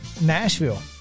Nashville